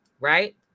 right